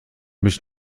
mich